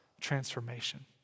transformation